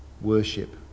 worship